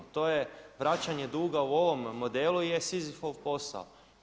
To je vraćanje duga u ovom modelu Sizifov posao.